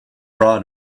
brought